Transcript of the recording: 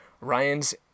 Ryan's